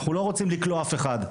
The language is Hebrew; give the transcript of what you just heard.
אנחנו לא רוצים לכלוא אף אחד.